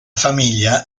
famiglia